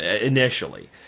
initially